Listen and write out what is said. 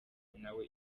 nawe